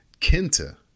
Kenta